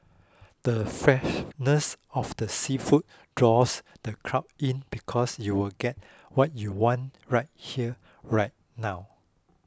the freshness of the seafood draws the crowd in because you'll get what you want right here right now